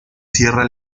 sierra